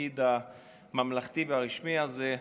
בתפקיד הממלכתי והרשמי הזה.